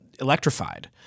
electrified